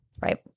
right